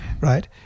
right